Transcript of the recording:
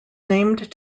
named